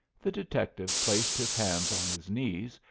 the detective placed his hands on his knees,